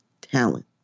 talent